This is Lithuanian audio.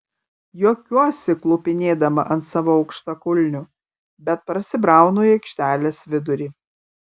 juokiuosi klupinėdama ant savo aukštakulnių bet prasibraunu į aikštelės vidurį